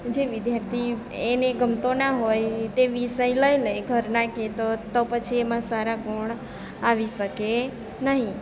જે વિદ્યાર્થી એને ગમતો ન હોય તે વિષય લઈ લે ઘરના કે તો તો પછી એમાં સારા ગુણ આવી શકે નહીં